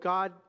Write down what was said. God